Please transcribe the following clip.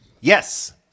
Yes